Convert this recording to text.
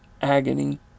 agony